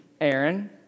Aaron